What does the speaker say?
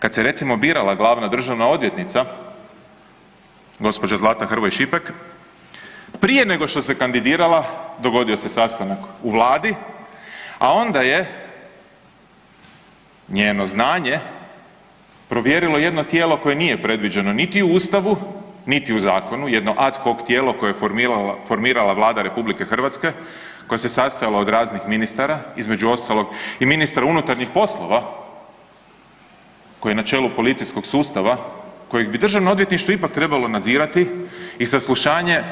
Kad se recimo birala glavna državna odvjetnica, gđa. Zlata Hrvoj Šipek, prije nego što se kandidirala, dogodio je sastanak u Vladi, a onda je njeno znanje provjerilo jedno tijelo koje nije predviđeno niti u Ustavu niti u zakonu, jedno ad hoc tijelo koje je formirala Vlada RH, koje se sastojalo od raznih ministara, između ostalog i ministra unutarnjih poslova koji je na čelu policijskog sustava kojeg bi Državno odvjetništvo ipak trebalo nadzirati i saslušanje